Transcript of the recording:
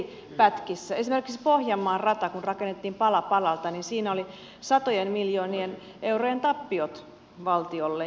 esimerkiksi kun pohjanmaan rata rakennettiin pala palalta niin siinä oli satojen miljoonien eurojen tappiot valtiolle